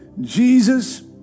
Jesus